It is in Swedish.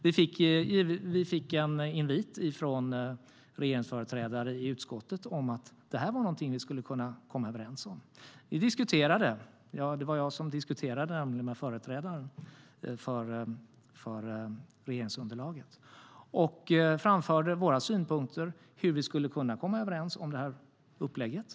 Vi fick en invit från regeringsföreträdare i utskottet om att detta var någonting vi skulle kunna komma överens om. Jag diskuterade med företrädarna för regeringsunderlaget och framförde våra synpunkter på hur vi skulle kunna komma överens om upplägget.